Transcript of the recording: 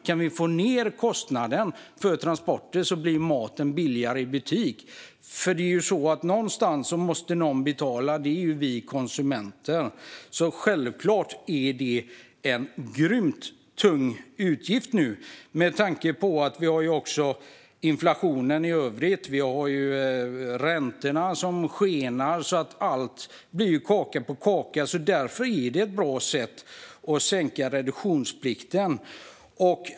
Om man får ned kostnaden för transporter blir maten billigare i butik. Någonstans måste någon betala, och det är vi konsumenter. Självklart är det en grymt tung utgift nu, med tanke på att vi också har inflationen i övrigt och skenande räntor. Allt detta blir kaka på kaka. Att sänka reduktionsplikten är därför ett bra sätt.